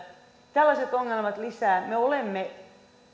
tällaiset ongelmat lisää me olemme